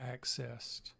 accessed